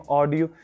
audio